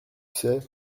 sais